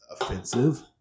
offensive